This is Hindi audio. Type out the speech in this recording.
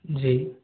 जी